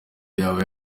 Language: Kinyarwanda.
yaba